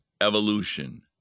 evolution